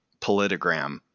politogram